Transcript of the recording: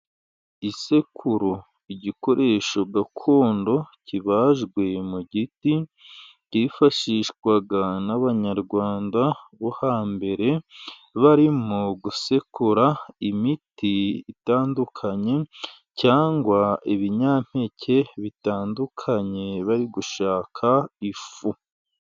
Isekuru, igikoresho gakondo kibajwe mu giti kifashishwaga n'abanyarwanda bo hambere, barimo gusekura imiti itandukanye, cyangwa ibinyampeke bitandukanye bari gushaka ifu.